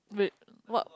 wait what